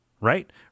Right